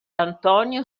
antonio